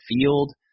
field